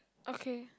okay